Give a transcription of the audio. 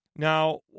Now